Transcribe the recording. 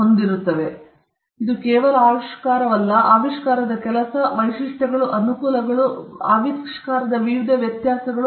ಮತ್ತು ಇದು ಕೇವಲ ಆವಿಷ್ಕಾರವಲ್ಲ ಆವಿಷ್ಕಾರದ ಕೆಲಸ ಆವಿಷ್ಕಾರಗಳ ವೈಶಿಷ್ಟ್ಯಗಳು ಅನುಕೂಲಗಳು ಆವಿಷ್ಕಾರದ ವಿವಿಧ ವ್ಯತ್ಯಾಸಗಳು